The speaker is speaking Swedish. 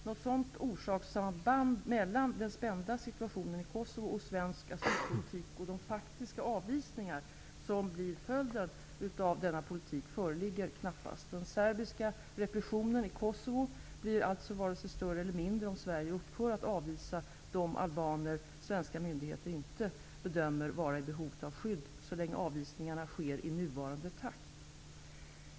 Något sådant orsakssamband mellan den spända situationen i Kosovo och svensk asylpolitik och de faktiska avvisningar som blir följden av denna politik föreligger knappast. Den serbiska repressionen i Kosovo blir alltså varken större eller mindre om Sverige upphör att avvisa de albaner svenska myndigheter inte bedömer vara i behov av skydd så länge avvisningarna sker i nuvarande takt.